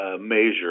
measure